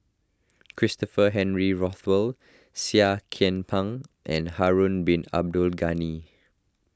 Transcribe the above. Christopher Henry Rothwell Seah Kian Peng and Harun Bin Abdul Ghani